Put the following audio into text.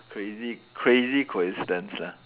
crazy crazy coincidence lah